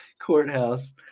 courthouse